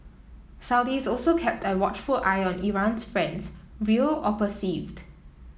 Saudis also kept a watchful eye on Iran's friends real or perceived